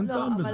אז אין טעם בזה.